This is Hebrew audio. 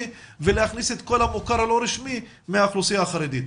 ולהכניס את כל המוכר הלא רשמי מהאוכלוסייה החרדית.